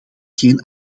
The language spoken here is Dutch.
geen